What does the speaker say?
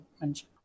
mention